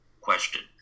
question